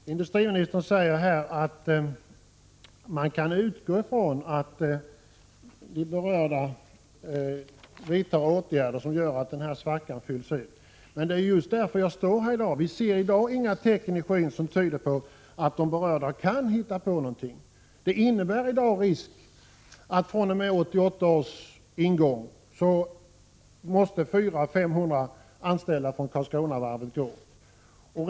Fru talman! Industriministern säger att man kan utgå från att de berörda vidtar åtgärder som gör att svackan fylls ut. Men anledningen till att jag står här i dag är just att vi inte ser några tecken i skyn som tyder på att de berörda kan hitta på någonting. Det innebär en risk för att fr.o.m. 1988 års ingång 400-500 anställda vid Karlskronavarvet måste gå.